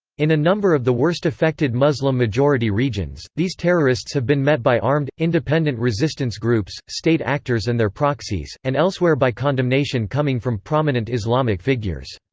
in a number of the worst-affected muslim-majority regions, these terrorists have been met by armed, independent resistance groups, state actors and their proxies, and elsewhere by condemnation coming from prominent islamic figures.